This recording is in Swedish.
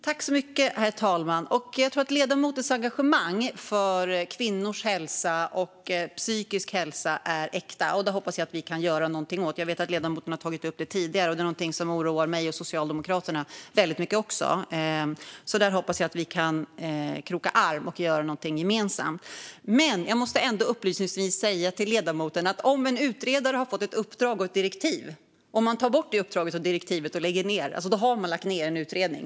Herr talman! Jag tror att ledamotens engagemang för kvinnors hälsa och psykisk hälsa är äkta, och jag vet att ledamoten har tagit upp det tidigare. Det är någonting som oroar mig och Socialdemokraterna väldigt mycket också, så där hoppas jag att vi kan kroka arm och göra någonting gemensamt. Men jag måste ändå upplysningsvis säga till ledamoten att om en utredare har fått ett uppdrag och ett direktiv och man sedan tar bort det uppdraget och direktivet, då har man lagt ned en utredning.